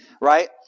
right